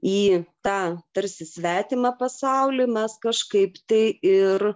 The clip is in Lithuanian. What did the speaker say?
į tą tarsi svetimą pasaulį mes kažkaip tai ir